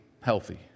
healthy